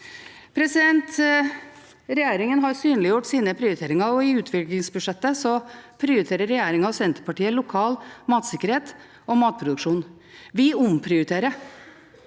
Regjeringen har synliggjort sine prioriteringer, og i utviklingsbudsjettet prioriterer regjeringen og Senterpartiet lokal matsikkerhet og matproduksjon. Vi omprioriterer.